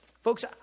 Folks